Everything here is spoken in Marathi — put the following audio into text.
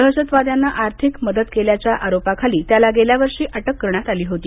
दहशतवाद्यांना आर्थिक मदत केल्याच्या आरोपाखाली त्याला गेल्या वर्षी अटक करण्यात आली होती